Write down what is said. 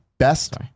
Best